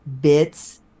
bits